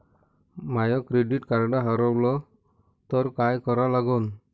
माय credit card हारवलं तर काय करा लागन?